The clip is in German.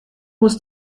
muss